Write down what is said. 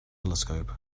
telescope